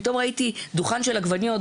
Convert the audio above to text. פתאום ראיתי דוכן של עגבניות,